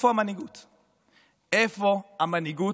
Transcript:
איפה המנהיגות?